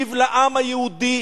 להשיב לעם היהודי,